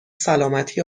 سلامتی